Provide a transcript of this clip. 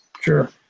Sure